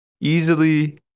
easily